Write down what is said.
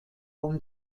und